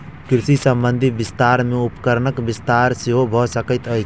कृषि संबंधी विस्तार मे उपकरणक विस्तार सेहो भ सकैत अछि